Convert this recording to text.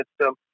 system